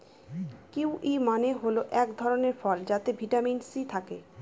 kiwi মানে হল এক ধরনের ফল যাতে ভিটামিন সি থাকে